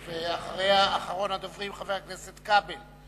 אחריה, אחרון הדוברים, חבר הכנסת איתן כבל.